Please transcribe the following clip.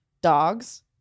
dogs